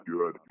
Good